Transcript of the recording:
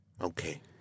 Okay